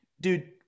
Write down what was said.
dude